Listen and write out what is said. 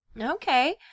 Okay